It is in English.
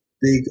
big